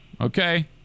Okay